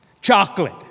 chocolate